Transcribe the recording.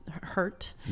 hurt